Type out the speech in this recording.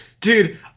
dude